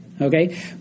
Okay